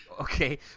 Okay